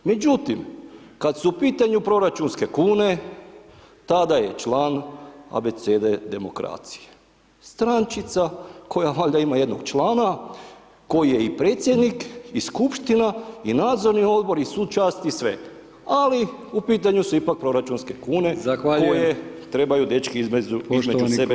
Međutim, kad su u pitanju proračunske kune tada je član Abecede demokracije, strančica koja valjda ima jednog člana koji je i predsjednik i skupština i nadzorni odbor i svu čast i sve, ali u pitanju su ipak proračunske kune [[Upadica: Zahvaljujem.]] koje trebaju [[Upadica: Poštovani kolega Stričak.]] dečki između sebe podijeliti.